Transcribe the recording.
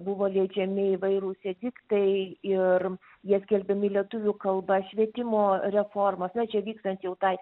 buvo leidžiami įvairūs ediktai ir jie skelbiami lietuvių kalba švietimo reformos na čia vyksta jau tai